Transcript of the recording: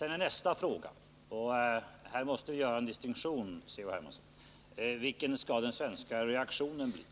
Men sedan måste jag göra en distinktion. Vilken skall den svenska reaktionen bli?